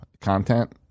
content